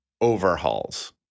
overhauls